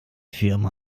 firma